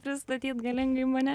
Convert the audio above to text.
pristatyt galingai mane